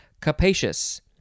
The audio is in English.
capacious